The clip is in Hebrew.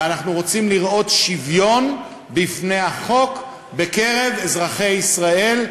ואנחנו רוצים לראות שוויון בפני החוק בקרב אזרחי ישראל,